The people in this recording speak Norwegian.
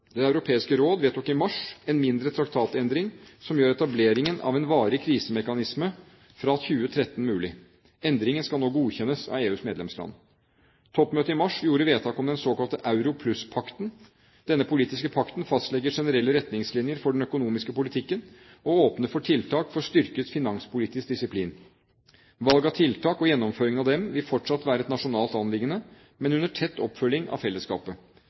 Det europeiske råd vedtok i mars en mindre traktatendring som gjør etableringen av en varig krisemekanisme fra 2013 mulig. Endringen skal nå godkjennes av EUs medlemsland. Toppmøtet i mars gjorde vedtak om den såkalte «Euro-pluss-pakten». Denne politiske pakten fastlegger generelle retningslinjer for den økonomiske politikken og åpner for tiltak for styrket finanspolitisk disiplin. Valg av tiltak og gjennomføring av dem vil fortsatt være et nasjonalt anliggende, men under tett oppfølging av fellesskapet.